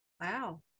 wow